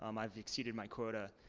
um i've exceeded my quota.